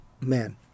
man